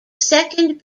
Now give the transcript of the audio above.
second